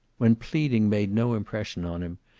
when pleading made no impression on him,